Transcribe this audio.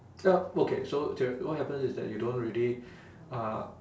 yup okay so theor~ what happens is that you don't really uh